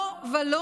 לא ולא.